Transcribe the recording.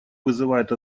вызывает